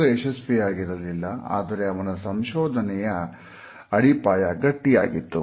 ಪ್ರಯೋಗ ಯಶಸ್ವಿಯಾಗಿರಲಿಲ್ಲ ಆದರೆ ಅವನ ಸಂಶೋಧನೆಯ ಅಡಿಪಾಯ ಗಟ್ಟಿಯಾಗಿತ್ತು